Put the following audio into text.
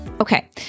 Okay